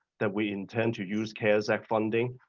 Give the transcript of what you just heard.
that we intend to use cares act funding